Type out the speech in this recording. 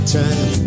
time